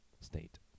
State